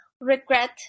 regret